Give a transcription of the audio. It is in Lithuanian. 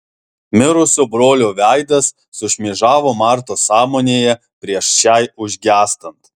mirusio brolio veidas sušmėžavo martos sąmonėje prieš šiai užgęstant